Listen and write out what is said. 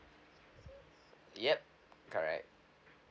yup correct